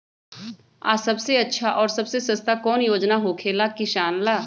आ सबसे अच्छा और सबसे सस्ता कौन योजना होखेला किसान ला?